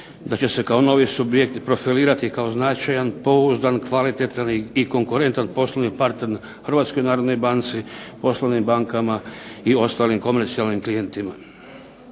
da će se kao novi subjekt profilirati kao značajan, pouzdan, kvalitetan i konkurentan poslovni partner Hrvatskoj narodnoj banci, poslovnim bankama i ostalim komercijalnim klijentima.